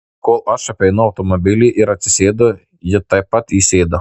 kol aš apeinu automobilį ir atsisėdu ji taip pat įsėda